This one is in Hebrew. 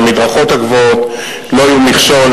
כדי שהמדרכות הגבוהות לא יהיו מכשול